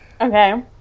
Okay